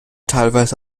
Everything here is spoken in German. teilweise